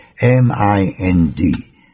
M-I-N-D